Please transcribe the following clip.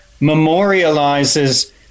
memorializes